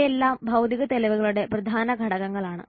ഇവയെല്ലാം ഭൌതിക തെളിവുകളുടെ പ്രധാന ഘടകങ്ങളാണ്